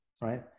Right